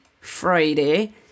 Friday